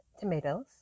tomatoes